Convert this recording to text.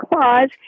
clause